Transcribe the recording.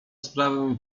sprawę